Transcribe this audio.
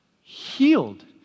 healed